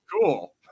cool